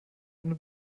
eine